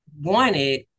wanted